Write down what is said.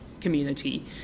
community